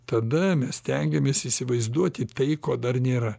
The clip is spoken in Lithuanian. tada mes stengiamės įsivaizduoti tai ko dar nėra